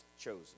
chosen